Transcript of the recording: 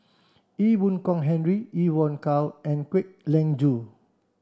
Ee Boon Kong Henry Evon Kow and Kwek Leng Joo